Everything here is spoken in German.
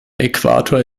äquator